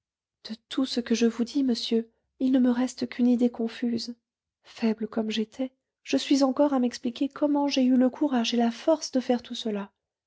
de tout ce que je vous dis monsieur il ne me reste qu'une idée confuse faible comme j'étais je suis encore à m'expliquer comment j'ai eu le courage et la force de faire tout cela